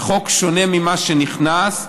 זה חוק שונה ממה שנכנס.